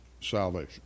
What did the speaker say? salvation